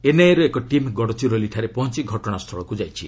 ଏନ୍ଆଇଏର ଏକ ଟିମ୍ ଗଡ଼ଚିରୋଲିଠାରେ ପହଞ୍ଚି ଘଟଣା ସ୍ଥଳକୁ ଯାଇଛି